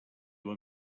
were